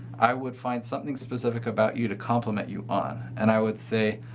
i would find something specific about you to compliment you on. and i would say,